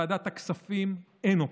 בוועדת הכספים אין אופוזיציה,